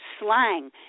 slang